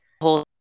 Whole